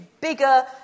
bigger